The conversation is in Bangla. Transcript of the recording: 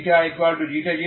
η ইকুয়াল 0 এই লাইন